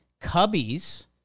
Cubbies